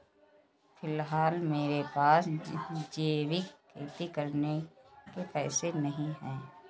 फिलहाल मेरे पास जैविक खेती करने के पैसे नहीं हैं